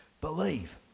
believe